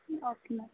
okay ma'am